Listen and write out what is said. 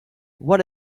what